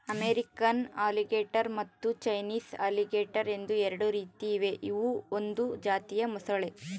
American alligator ಮತ್ತು Chinese alligator ಎಂದು ಎರಡು ರೀತಿ ಇವೆ ಇವು ಒಂದು ಜಾತಿಯ ಮೊಸಳೆ